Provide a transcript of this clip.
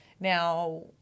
Now